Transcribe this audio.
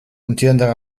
amtierender